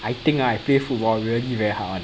I think ah I play football really very hard [one]